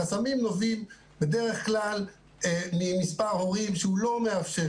החסמים נובעים בדרך כלל ממספר הורים שלא מאפשר,